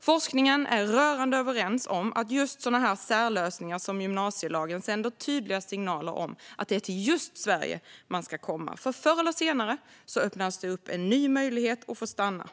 Forskningen är rörande överens om att särlösningar som gymnasielagen sänder tydliga signaler om att det är just till Sverige människor ska komma, för förr eller senare öppnas det upp en ny möjlighet att få stanna.